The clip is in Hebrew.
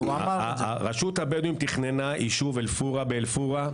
רשות הבדואים תכננה את יישוב אל-פורעה באל-פורעה.